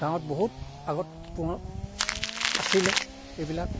গাঁৱত বহুত আগত পুনৰ আছিলে এইবিলাক